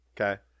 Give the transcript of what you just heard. okay